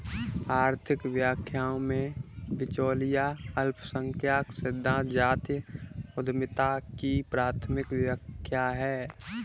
आर्थिक व्याख्याओं में, बिचौलिया अल्पसंख्यक सिद्धांत जातीय उद्यमिता की प्राथमिक व्याख्या है